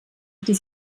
die